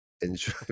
Enjoy